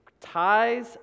ties